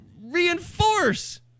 reinforce